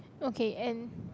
okay and